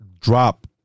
drop